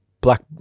black